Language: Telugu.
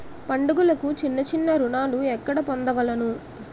పండుగలకు చిన్న చిన్న రుణాలు ఎక్కడ పొందగలను?